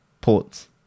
ports